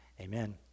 amen